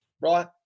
right